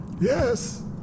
Yes